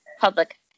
public